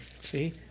See